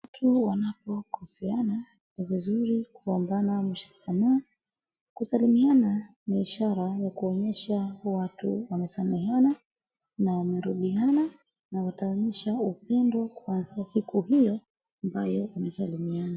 Watu wanapokoseana ni vizuri kuombana msamaha. Kusalimiana ni ishara ya kuonyesha watu wamesamehana na wamerudiana na wataonyesha upendo kuanzia siku hiyo ambayo wamesalimiana.